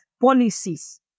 policies